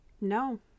No